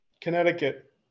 Connecticut